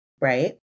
right